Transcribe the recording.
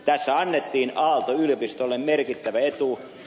tässä annettiin aalto yliopistolle merkittävä etu